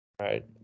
Right